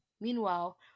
Meanwhile